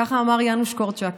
ככה אמר יאנוש קורצ'אק,